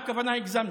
(אומר בערבית ומתרגם:) הכוונה, הגזמתם.